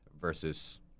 versus